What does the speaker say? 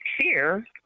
fear